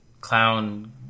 clown